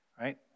right